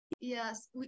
Yes